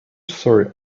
sore